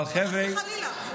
חס וחלילה,